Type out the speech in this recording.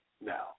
now